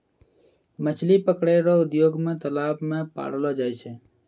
मछली पकड़ै रो उद्योग मे तालाब मे पाललो जाय छै